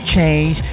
change